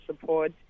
support